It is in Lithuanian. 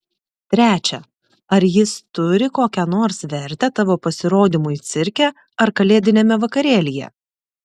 trečia ar jis turi kokią nors vertę tavo pasirodymui cirke ar kalėdiniame vakarėlyje